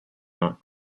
not